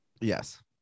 Yes